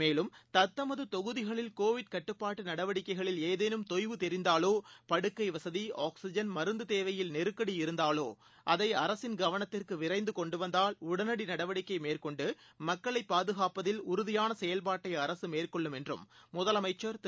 மேலும் தத்தமதுதொகுதிகளில் கோவிட் கட்டுப்பாட்டுநடவடிக்கைகளில் ஏதேனும் தொய்வு தெரிந்தாலோ படுக்கைவசதி ஆக்சிஜன் மருந்துதேவையில் நெருக்கடி இருந்தாலோஅதைஅரசின் கவனத்திற்குவிரைந்துகொண்டுவந்தால் உடனடிநடவடிக்கைமேற்கொண்டுமக்களைபாதுகாப்பதில் உறுதிபானசெயவ்பாட்டை அரசுமேற்கொள்ளும் என்றும் முதலமைச்சள்திரு